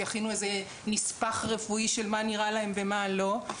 שיכינו איזה נספח רפואי של מה נראה להם ומה לא.